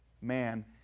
man